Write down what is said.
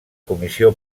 comissió